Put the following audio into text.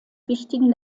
wichtigen